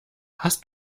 hast